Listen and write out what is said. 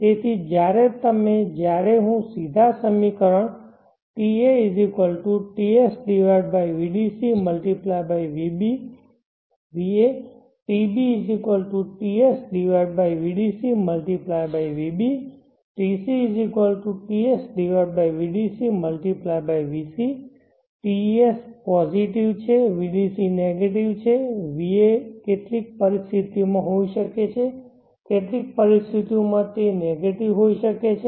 તેથી જ્યારે તમે જ્યારે હું સીધા આ સમીકરણ ta Tsvdc×va tbTsvdc×vb tcTsvdc×vc TS positive છે vdc નેગેટિવ છે va કેટલીક પરિસ્થિતિઓમાં હોઈ શકે છે કેટલીક પરિસ્થિતિઓમાં તે નેગેટિવ હોઈ શકે છે